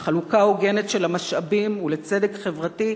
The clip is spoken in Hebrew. לחלוקה הוגנת של המשאבים ולצדק חברתי,